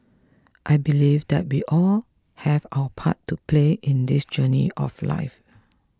I believe that we all have our part to play in this journey of life